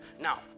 Now